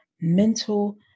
mental